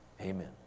Amen